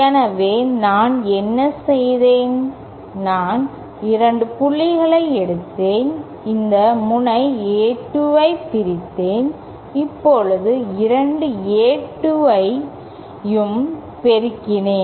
எனவே நான் என்ன செய்தேன் நான் 2 புள்ளிகளை எடுத்தேன் இந்த முனை A2 ஐப் பிரித்தேன் இப்போது இரண்டு A2sஐயும் பெருக்கினேன்